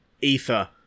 ether